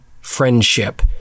friendship